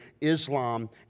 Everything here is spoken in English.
Islam